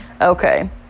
Okay